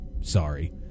Sorry